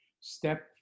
step